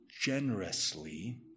generously